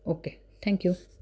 okay thank you